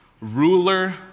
ruler